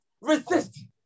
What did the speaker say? resist